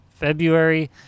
February